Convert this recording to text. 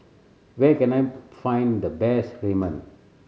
where can I find the best Ramen